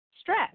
stress